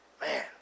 Man